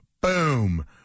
boom